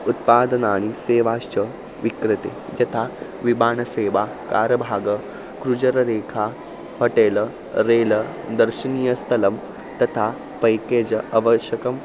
उत्पादनानि सेवाश्च विक्रते यथा विमानसेवा कारभाग क्रुजर रेखा होटेल रेल दर्शनीयस्थलं तथा पैकेज आवश्यकम्